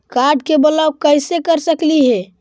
Card के block कैसे कर सकली हे?